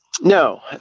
No